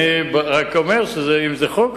אני רק אומר שאם זה חוק,